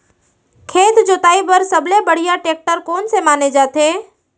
खेत जोताई बर सबले बढ़िया टेकटर कोन से माने जाथे?